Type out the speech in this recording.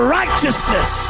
righteousness